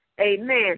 amen